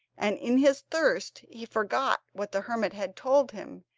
and in his thirst he forgot what the hermit had told him,